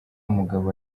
mugabo